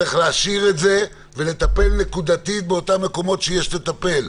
צריך להשאיר את זה ולטפל נקודתית באותם מקומות שיש לטפל,